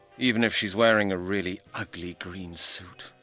even if she's wearing a really ugly green suit.